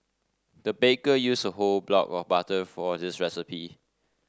the baker used a whole block of butter for this recipe